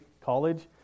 college